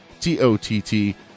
T-O-T-T